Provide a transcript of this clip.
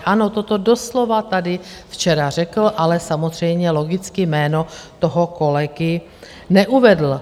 Ano, toto doslova tady včera řekl, ale samozřejmě logicky jméno toho kolegy neuvedl.